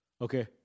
Okay